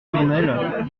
tournelles